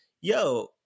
yo